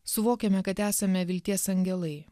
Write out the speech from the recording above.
suvokiame kad esame vilties angelai